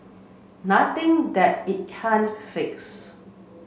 nothing that it can't fix